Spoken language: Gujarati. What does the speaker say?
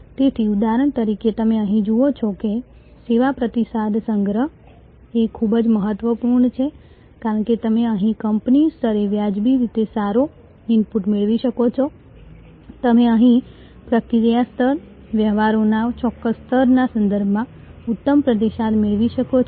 તેથી ઉદાહરણ તરીકે તમે અહીં જુઓ છો કે સેવા પ્રતિસાદ સંગ્રહ એ ખૂબ જ મહત્વપૂર્ણ છે કારણ કે તમે અહીં કંપની સ્તરે વ્યાજબી રીતે સારો ઇનપુટ મેળવી શકો છો તમે અહીં પ્રક્રિયા સ્તર વ્યવહારોના ચોક્કસ સ્તરના સંદર્ભમાં ઉત્તમ પ્રતિસાદ મેળવી શકો છો